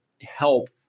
help